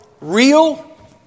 real